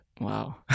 Wow